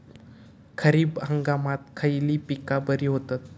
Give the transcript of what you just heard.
खरीप हंगामात खयली पीका बरी होतत?